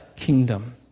kingdom